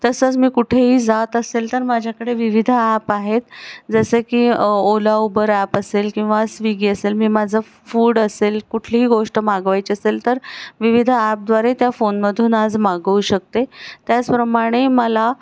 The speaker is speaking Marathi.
तसंच मी कुठेही जात असेल तर माझ्याकडे विविध ॲप आहेत जसे की ओला उबर ॲप असेल किंवा स्विगी असेल मी माझं फूड असेल कुठलीही गोष्ट मागवायची असेल तर विविध ॲपद्वारे त्या फोनमधून आज मागवू शकते त्याचप्रमाणे मला